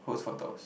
who's photos